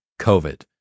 COVID